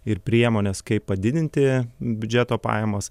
ir priemones kaip padidinti biudžeto pajamas